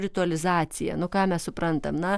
ritualizacija nu ką mes suprantam na